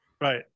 Right